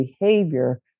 behavior